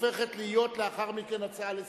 הופכת להיות לאחר מכן הצעה לסדר-היום.